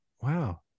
Wow